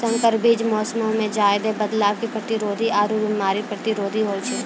संकर बीज मौसमो मे ज्यादे बदलाव के प्रतिरोधी आरु बिमारी प्रतिरोधी होय छै